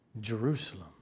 Jerusalem